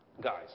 Guys